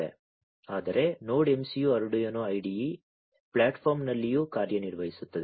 ಆದರೆ node MCU Arduino IDE ಪ್ಲಾಟ್ಫಾರ್ಮ್ನಲ್ಲಿಯೂ ಕಾರ್ಯನಿರ್ವಹಿಸುತ್ತದೆ